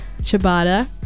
Ciabatta